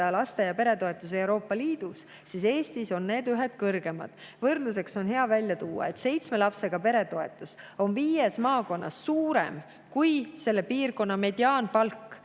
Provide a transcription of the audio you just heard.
laste‑ ja peretoetusi Euroopa Liidus, siis on näha, et Eestis on need ühed kõrgemad. Võrdluseks on hea välja tuua, et seitsme lapsega pere toetus on viies maakonnas suurem kui selle piirkonna mediaanpalk.